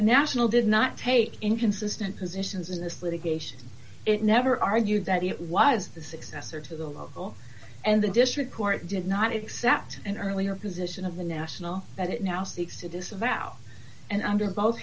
national did not take inconsistent positions in this litigation it never argued that it was the successor to the local and the district court did not accept an earlier position of the national that it now seeks to disavow and under both